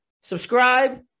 Subscribe